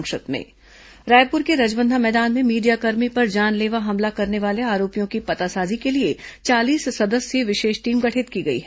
संक्षिप्त समाचार रायपुर के रजबंधा मैदान में मीडियाकर्मी पर जानलेवा हमला करने वाले आरोपियों की पतासाजी के लिए चालीस सदस्यीय विशेष टीम गठित की गई है